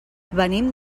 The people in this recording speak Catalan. venim